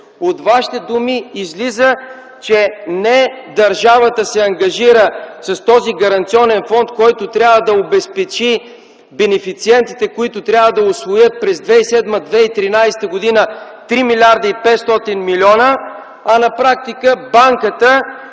От Вашите думи излиза, че не държавата се ангажира с този гаранционен фонд, който трябва да обезпечи бенефициентите, които трябва да усвоят през 2007-2013 г. 3 млрд. 500 млн. лв., а на практика банката,